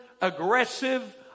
aggressive